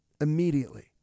immediately